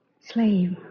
Slave